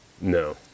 No